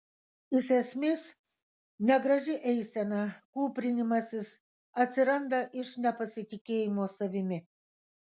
iš esmės negraži eisena kūprinimasis atsiranda iš nepasitikėjimo savimi